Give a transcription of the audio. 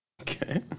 Okay